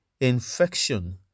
infection